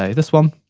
ah this one.